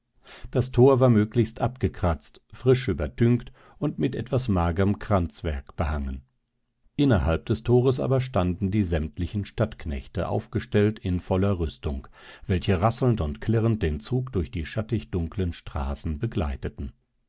das tor war möglichst abgekratzt frisch übertünkt und mit etwas magerm kranzwerk behangen innerhalb des tores aber standen die sämtlichen stadtknechte aufgestellt in voller rüstung welche rasselnd und klirrend den zug durch die schattig dunklen straßen begleiteten